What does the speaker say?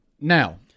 Now